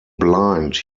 blind